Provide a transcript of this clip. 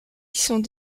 sont